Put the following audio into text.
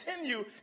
continue